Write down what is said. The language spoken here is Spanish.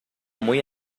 muy